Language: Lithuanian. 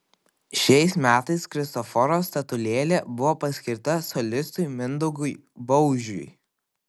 šiais metais kristoforo statulėlė buvo paskirta solistui mindaugui baužiui